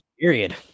period